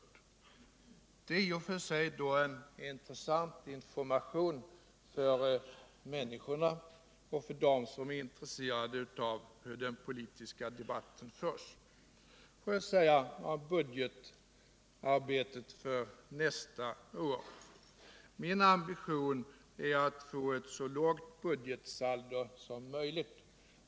Det är i och för sig en intressant information för människorna i allmänhet men särskilt för dem som är intresserade av hur den politiska debatten förs. Beträffande budgetarbetet för nästa år vill jag säga att min ambition är att få ett så lågt budgetsaldo som möjligt.